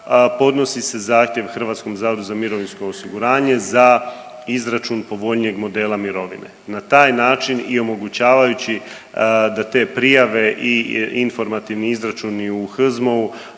podnosi se zahtjev HZMO-u za izračun povoljnijeg modela mirovine. Na taj način i omogućavajući da te prijave i informativni izračuni u HZMO-u